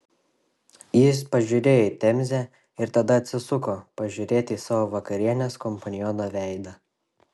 jis pažiūrėjo į temzę ir tada atsisuko pažiūrėti į savo vakarienės kompaniono veidą